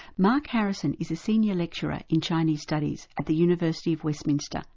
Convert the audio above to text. mark harrison is a senior lecturer in chinese studies at the university of westminster,